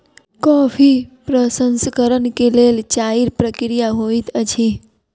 coffee प्रसंस्करण के लेल चाइर प्रक्रिया होइत अछि